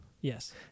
Yes